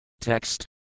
Text